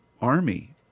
army